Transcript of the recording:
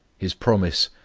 his promise,